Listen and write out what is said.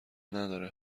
نداره